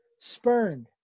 spurned